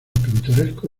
pintoresco